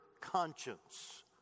conscience